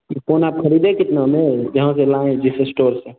ई phone आप खरीदे कितने में जहाँ से लाए हैं जिस इस्टोर से